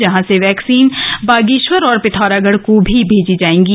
जहाँ से वैक्सीन बागेश्वर और पिथौरागढ़ को भी भेजी जाएंगी